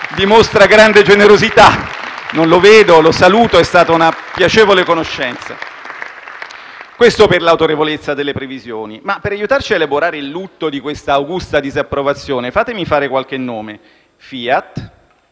dimostra grande generosità (non lo vedo in Aula e lo saluto, è stata una piacevole conoscenza). Dico questo per capire l'autorevolezza delle previsioni. Per aiutarci a elaborare il lutto di questa augusta disapprovazione, fatemi fare qualche nome: Fiat,